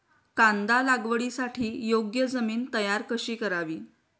कांदा लागवडीसाठी योग्य जमीन तयार कशी करावी?